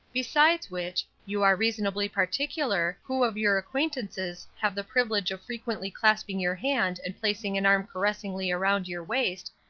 besides which, you are reasonably particular, who of your acquaintances have the privilege of frequently clasping your hand and placing an arm caressingly around your waist,